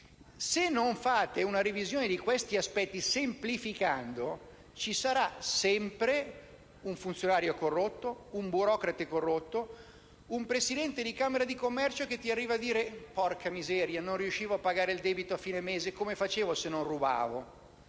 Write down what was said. Se non pensate ad una revisione di questi aspetti, semplificandoli, ci sarà sempre un funzionario corrotto, un burocrate corrotto o un presidente di camera di commercio, che arriverà a dire: «Porca miseria: non riuscivo a pagare i miei debiti a fine mese. Cosa avrei potuto fare, se non rubavo?».